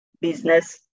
business